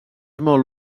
molt